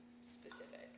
specific